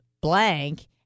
blank